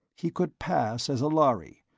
he could pass as a lhari.